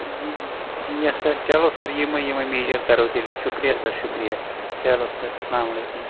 یَس سَر چَلو سَر یِمو یِمو تیٚلہِ میٚجر کٔرِو تیٚلہِ أسۍ شُکرِیہ سَر شُکرِیہ چَلو سَر اسَلام علیکُم سَر